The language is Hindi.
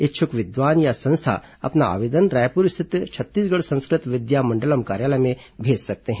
इच्छुक विद्वान या संस्था अपना आवेदन रायपुर स्थित छत्तीसगढ़ संस्कृत विद्यामंडलम कार्यालय में भेज सकते हैं